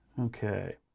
Okay